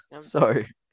Sorry